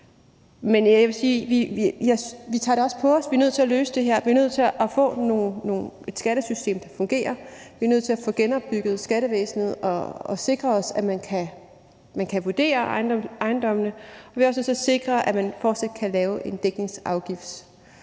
tager det på os – vi er nødt til at løse det her; vi er nødt til at få et skattesystem, der fungerer; vi er nødt til at få genopbygget skattevæsenet og sikre os, at man kan vurdere ejendommene; og vi er også nødt til at sikre, at man fortsat kan lave en dækningsafgiftsberegning.